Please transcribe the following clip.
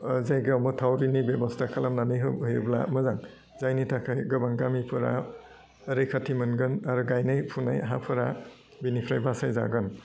जायगायाव माथावरिनि बेबस्था खालामनानै होयोब्ला मोजां जायनि थाखाय गोबां गामिफोरा रैखाथि मोनगोन आरो गायनाय फुनाय हाफोरा बिनिफ्राय बासायजागोन